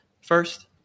First